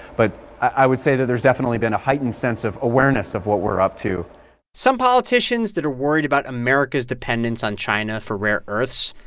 but i would say that there's definitely been a heightened sense of awareness of what we're up to some politicians that are worried about america's dependence on china for rare earths,